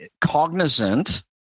cognizant